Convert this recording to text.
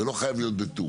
זה לא חייב להיות בטור